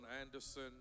Anderson